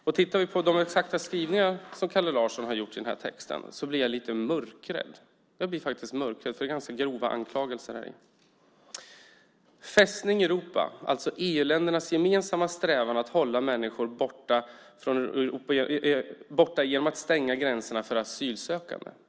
När jag ser på de skrivningar som Kalle Larsson gör i texten blir jag faktiskt mörkrädd. Det är ganska grova anklagelser som läggs fram. Han skriver om "'Fästning Europa' - alltså EU-ländernas gemensamma strävan att hålla människor borta och att stänga gränserna för asylsökande".